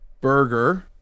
Burger